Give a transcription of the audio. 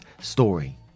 story